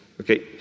okay